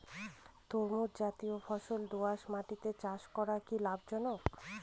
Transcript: তরমুজ জাতিয় ফল দোঁয়াশ মাটিতে চাষ করা কি লাভজনক?